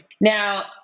Now